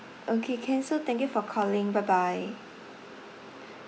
okay can so thank you for calling bye bye